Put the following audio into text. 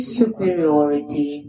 superiority